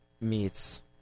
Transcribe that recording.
meets